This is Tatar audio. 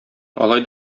алай